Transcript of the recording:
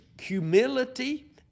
humility